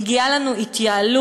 מגיעה לנו התייעלות,